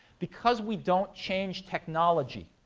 because we don't change technology,